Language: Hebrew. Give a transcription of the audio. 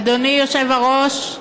אדוני היושב-ראש,